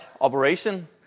operation